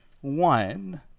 one